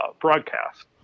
broadcast